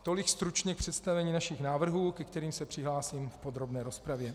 Tolik stručně k představení našich návrhů, ke kterým se přihlásím v podrobné rozpravě.